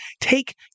take